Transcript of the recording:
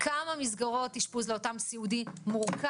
אם מגיע זמן מסוים ולא עשית לו העברה,